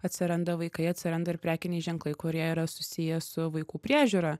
atsiranda vaikai atsiranda ir prekiniai ženklai kurie yra susiję su vaikų priežiūra